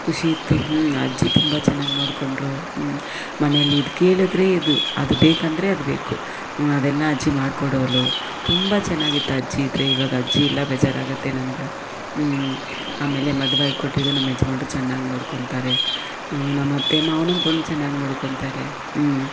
ಖುಷಿತ್ತು ಹ್ಞೂ ಅಜ್ಜಿ ತುಂಬ ಚೆನ್ನಾಗಿ ನೋಡ್ಕೊಂಡ್ರು ಹ್ಞೂ ಮನೆಲ್ಲಿ ಇದು ಕೇಳಿದ್ರೆ ಇದು ಅದು ಬೇಕೆಂದ್ರೆ ಅದು ಬೇಕು ಹ್ಞೂ ಅದೆಲ್ಲಾ ಅಜ್ಜಿ ಮಾಡ್ಕೊಡೋಳು ತುಂಬ ಚೆನ್ನಾಗಿತ್ತು ಅಜ್ಜಿ ಇದ್ರೆ ಇವಾಗ ಅಜ್ಜಿ ಇಲ್ಲ ಬೇಜಾರಾಗುತ್ತೆ ನನ್ಗೆ ಹ್ಞೂ ಆಮೇಲೆ ಮದುವೆಯಾಗಿ ಕೊಟ್ಟಿದ್ದು ನಮ್ಮ ಯಜಮಾನ್ರು ಚೆನ್ನಾಗಿ ನೋಡ್ಕೊಳ್ತಾರೆ ಹಾಂ ನಮ್ಮತ್ತೆ ಮಾವನು ಬಂದು ಚೆನ್ನಾಗಿ ನೋಡ್ಕೊಳ್ತಾರೆ ಹ್ಞೂ